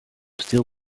stil